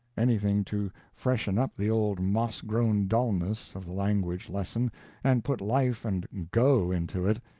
anything to freshen up the old moss-grown dullness of the language lesson and put life and go into it,